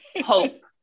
hope